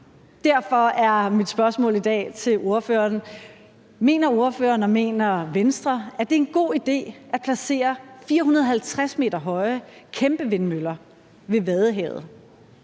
Derfor er mit spørgsmål i dag til ordføreren: Mener ordføreren og mener Venstre, at det er en god idé at placere 450 m høje kæmpevindmøller ved Vadehavet?